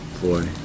boy